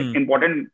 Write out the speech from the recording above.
important